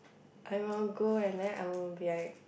I will go and then I will be like